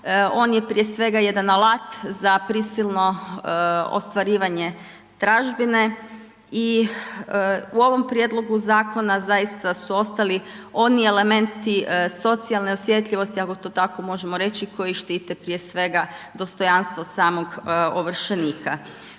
on je prije svega jedan alat za prisilno ostvarivanje tražbine i u ovom prijedlogu zakona zaista su ostali oni elementi socijalne osjetljivosti ako to tako možemo reći koji štite prije svega dostojanstvo samog ovršenika.